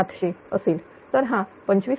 तर हा 25